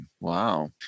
Wow